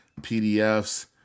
PDFs